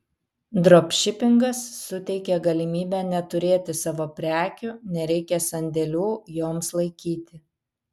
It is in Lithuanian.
dropšipingas suteikia galimybę neturėti savo prekių nereikia sandėlių joms laikyti